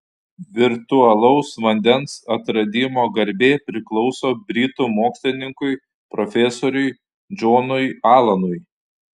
virtualaus vandens atradimo garbė priklauso britų mokslininkui profesoriui džonui alanui